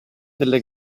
delle